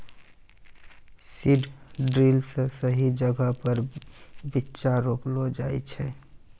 seed drill से सही जगहो पर बीच्चा रोपलो जाय छै